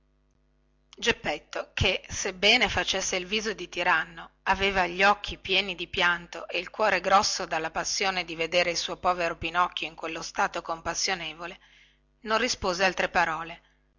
geppetto che sebbene facesse il viso di tiranno aveva gli occhi pieni di pianto e il cuore grosso dalla passione di vedere il suo povero pinocchio in quello stato compassionevole non rispose altre parole